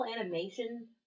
animation